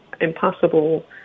Impossible